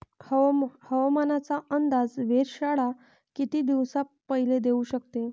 हवामानाचा अंदाज वेधशाळा किती दिवसा पयले देऊ शकते?